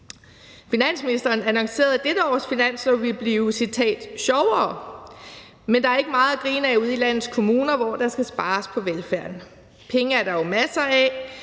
Finansministeren annoncerede, at dette års finanslov ville blive – citat – sjovere. Men der er ikke meget at grine ad ude i landets kommuner, hvor der skal spares på velfærden. Penge er der jo masser af,